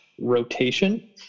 rotation